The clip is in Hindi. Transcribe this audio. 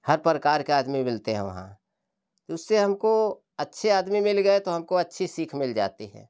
हर प्रकार के आदमी मिलते हैं वहाँ तो उससे हमें अच्छे आदमी मिल गए तो हमको अच्छी सीख मिल जाती है